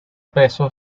peso